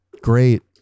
Great